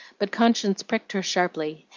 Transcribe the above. but conscience pricked her sharply,